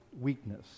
weakness